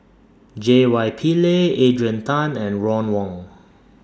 J Y Pillay Adrian Tan and Ron Wong